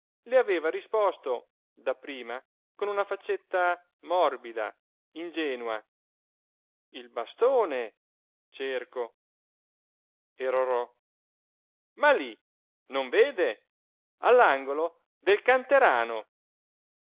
le aveva risposto dapprima con una faccetta morbida ingenua il bastone cerco e rorò ma lí non vede all'angolo del canterano